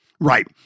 Right